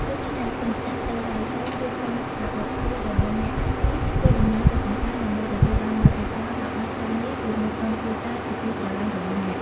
ដូច្នេះកុំស្ទាក់ស្ទើរឡើយ សូមរៀបចំកាបូបស្ពាយរបស់អ្នកហើយធ្វើដំណើរទៅកម្សាន្តដើម្បីទទួលបានបទពិសោធន៍ដ៏អស្ចារ្យនេះជាមួយក្រុមគ្រួសារជាទីស្រឡាញ់របស់អ្នក។